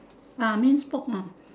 ah mince pork ah